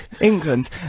England